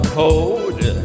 code